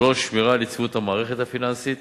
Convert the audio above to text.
3. שמירה על יציבות המערכת הפיננסית